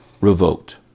revoked